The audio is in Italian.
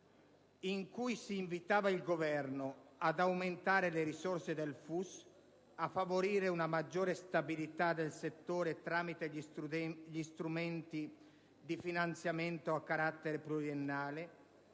in cui si invitava il Governo ad aumentare le risorse del FUS, a favorire una maggiore stabilità del settore tramite gli strumenti di finanziamento a carattere pluriennale,